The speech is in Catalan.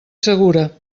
segura